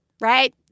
right